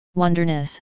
wonderness